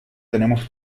tenemos